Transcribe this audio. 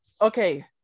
Okay